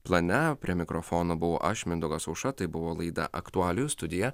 plane prie mikrofono buvo aš mindaugas aušra tai buvo laida aktualijų studija